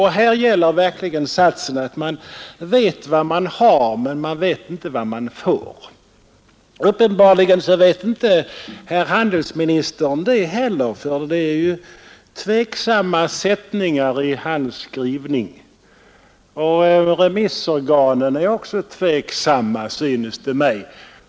Och här gäller verkligen satsen att man vet vad man har men man vet inte vad man får. Uppenbarligen vet inte herr handelsministern det heller, för det är ju tveksamma sättningar i hans skrivning. Remissorganen är också tveksamma, synes det mig.